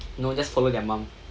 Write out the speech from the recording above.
you know just follow their mom